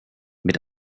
mit